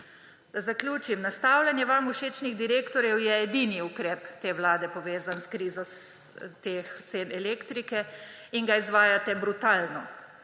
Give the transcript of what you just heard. Da zaključim. Nastavljanje vam všečnih direktorjev je edini ukrep te vlade, povezan s krizo teh cen elektrike in ga izvajate brutalno,